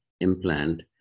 implant